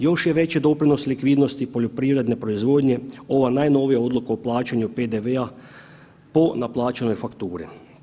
Još je veći doprinos likvidnosti poljoprivredne proizvodnje ova najnovija odluka o plaćanju PDV-a po naplaćenoj fakturi.